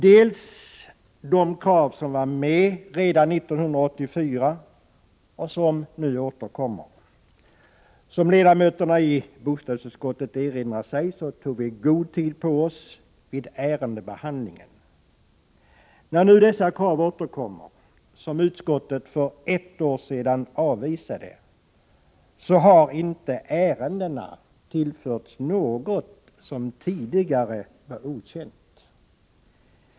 De krav som fanns med redan 1984 återkommer nu. Som ledamöterna i bostadsutskottet erinrar sig tog vi god tid på oss vid ärendebehandlingen. När nu dessa krav återkommer — krav som utskottet för ett år sedan avvisade — har ärendena inte tillförts något som tidigare var okänt.